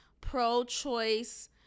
pro-choice